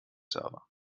server